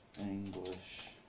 English